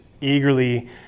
eagerly